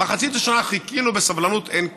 מחצית השנה חיכינו בסבלנות אין קץ.